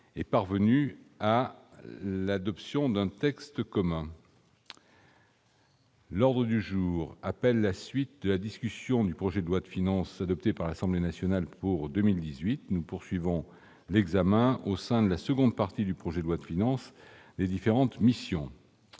est parvenue à l'adoption d'un texte commun. Nous reprenons la discussion du projet de loi de finances pour 2018, adopté par l'Assemblée nationale. Nous poursuivons l'examen, au sein de la seconde partie du projet de loi de finances, des différentes missions.